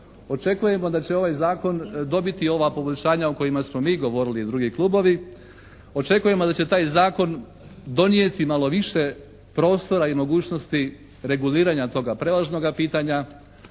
očekujemo da će ovaj Zakon dobiti ova poboljšanja o kojima smo mi govorili i drugi klubovi, očekujemo da će taj zakon donijeti malo više prostora i mogućnosti reguliranja toga prevažnoga pitanja,